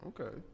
Okay